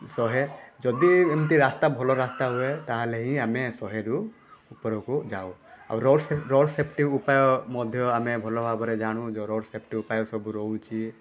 ଶହେ ଯଦି ଏମିତି ରାସ୍ତା ଭଲ ରାସ୍ତା ହୁଏ ତାହେଲେ ହି ଆମେ ଶହେରୁ ଉପରକୁ ଯାଉ ଆଉ ରୋଡ଼ ସେଫ୍ଟି ରୋଡ଼ ସେଫ୍ଟି ଉପାୟ ମଧ୍ୟ ଆମେ ଭଲ ଭାବରେ ଜାଣୁ ଯେଉଁ ରୋଡ଼ ସେଫ୍ଟି ଉପାୟ ସବୁ ରହୁଛି